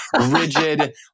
rigid